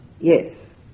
Yes